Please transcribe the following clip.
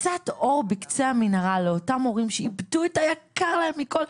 קצת אור בקצה המנהרה לאותם הורים שאיבדו את היקר להם מכל,